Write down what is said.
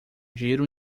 giro